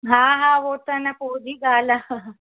हा हा हो त अञां पोइ जी ॻाल्हि आहे